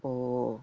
oh